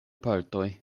partoj